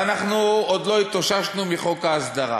ואנחנו עוד לא התאוששנו מחוק ההסדרה,